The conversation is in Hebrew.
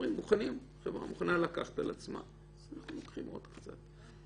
אומרים שהחברה מוכנה לקחת על עצמה אז אנחנו לוקחים עוד קצת.